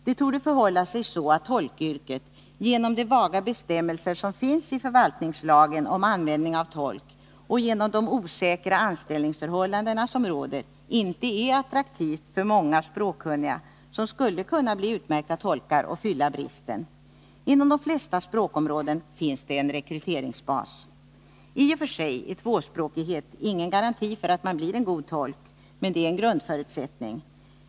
Det torde förhålla sig så att tolkyrket, genom de vaga bestämmelser som finns i förvaltningslagen om användning av tolk och genom de osäkra anställningsförhållanden som råder, inte är attraktivt för många språkkunniga som skulle kunna bli utmärkta tolkar och fylla bristen. Inom de flesta språkområden finns det en rekryteringsbas. Toch för sig är tvåspråkighet ingen garanti för att man blir en god tolk, men det är en grundförutsättning.